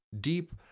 deep